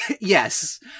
Yes